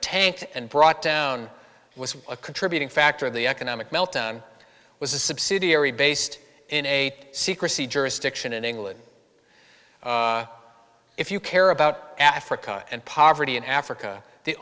tanked and brought down was a contributing factor of the economic meltdown was a subsidiary based in a secrecy jurisdiction in england if you care about africa and poverty in africa the